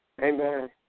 Amen